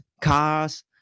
cars